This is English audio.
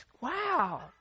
Wow